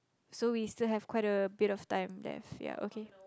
so we still have quite a bit of time left ya okay